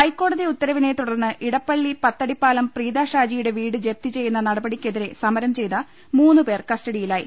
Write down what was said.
ഹൈക്കോടതി ഉത്തരവിനെ തുടർന്ന് ഇടപ്പളളി പത്തടിപ്പാലം പ്രീത ഷാജിയുടെ വീട് ജപ്തി ചെയ്യുന്ന നടപടിക്കെതിരെ സമരം ചെയ്ത മൂന്ന് പേർ കസ്റ്റഡിയിലായി